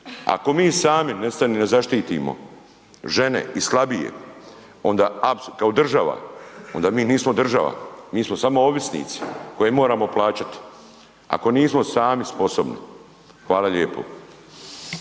Ako mi sami ne zaštitimo žene i slabije kao država, onda mi nismo država, mi smo samo ovisnici koji moramo plaćati, ako nismo sami sposobni. Hvala lijepo.